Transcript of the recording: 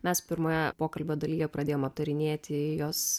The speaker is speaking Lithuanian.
mes pirmoje pokalbio dalyje pradėjom aptarinėti jos